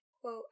quote